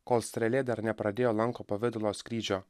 kol strėlė dar nepradėjo lanko pavidalo skrydžio